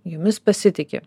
jumis pasitiki